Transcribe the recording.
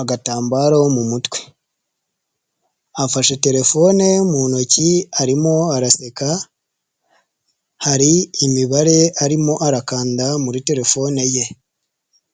agatambaro wo mu mutwe, afashe telefone ye mu ntoki arimo araseka hari imibare arimo arakanda muri telefone ye.